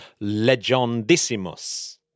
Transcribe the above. Legendissimus